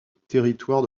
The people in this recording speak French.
territoire